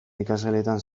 ikasgeletan